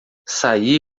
saí